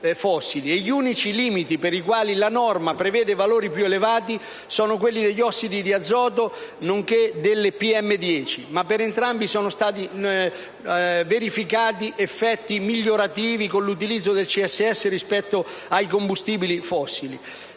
Gli unici limiti per i quali la norma prevede valori più elevati sono quelli degli ossidi di azoto nonché delle pm 10, ma per entrambi sono stati verificati effetti migliorativi con l'utilizzo del CSS rispetto ai combustibili fossili.